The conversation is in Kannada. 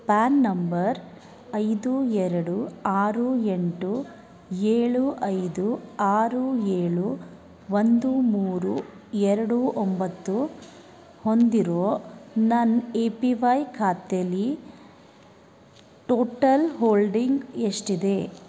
ಪ್ಯಾನ್ ನಂಬರ್ ಐದು ಎರಡು ಆರು ಎಂಟು ಏಳು ಐದು ಆರು ಏಳು ಒಂದು ಮೂರು ಎರಡು ಒಂಬತ್ತು ಹೊಂದಿರೋ ನನ್ನ ಎ ಪಿ ವೈ ಖಾತೇಲಿ ಟೋಟಲ್ ಹೋಲ್ಡಿಂಗ್ ಎಷ್ಟಿದೆ